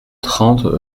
trente